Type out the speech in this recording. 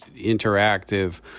interactive